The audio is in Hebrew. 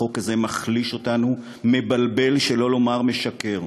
החוק הזה מחליש אותנו, מבלבל, שלא לומר משקר.